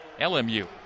LMU